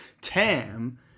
Tam